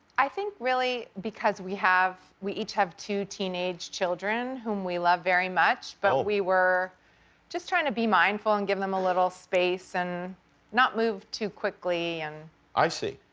i think really because we have, we each have two teenaged children whom we love very much, but we were just trying to be mindful and give them a little space and not move too quickly and. jimmy i see,